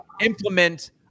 implement